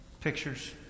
Pictures